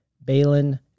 Balin